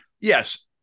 Yes